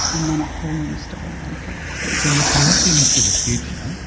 and then a whole new story unfolds. so you're collecting for the future,